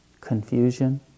confusion